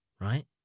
right